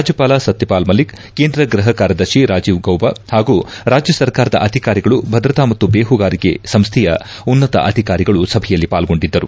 ರಾಜ್ಙಪಾಲ ಸತ್ಯಪಾಲ್ ಮಲ್ಲಿಕ್ ಕೇಂದ್ರ ಗೃಹ ಕಾರ್ಯದರ್ಶಿ ರಾಜೀವ್ ಗೌಬಾ ಹಾಗೂ ರಾಜ್ಙ ಸರ್ಕಾರದ ಅಧಿಕಾರಿಗಳು ಭದ್ರತಾ ಮತ್ತು ಬೇಹುಗಾರಿಕೆ ಸಂಸ್ವೆಯ ಉನ್ನತ ಅಧಿಕಾರಿಗಳು ಸಭೆಯಲ್ಲಿ ಪಾಲ್ಗೊಂಡಿದ್ದರು